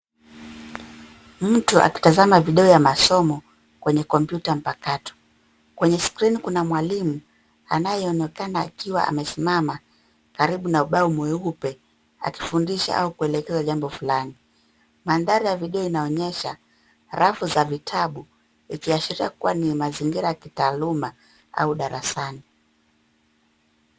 Mtu akitazama video ya masomo kwenye kompyuta mpakato. Kwenye skrini kuna mwalimu anayeonekana akiwa amesimama karibu na ubao mweupe akifundisha au kulekeza jambo fulani. Mandhari ya video inaonyesha rafu za vitabu ikiashiria kuwa ni mazingira ya kitaaluma au darasani.